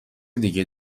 دیگه